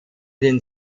den